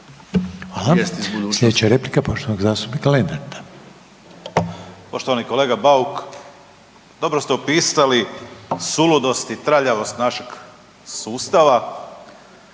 Hvala. Sljedeća replika poštovanog zastupnika Lenarta.